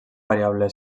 variable